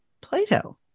Plato